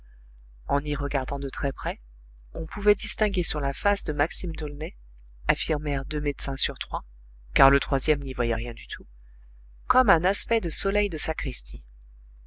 en y regardant de très près on pouvait distinguer sur la face de maxime d'aulnay affirmèrent deux médecins sur trois car le troisième n'y voyait rien du tout comme un aspect de soleil de sacristie